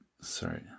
sorry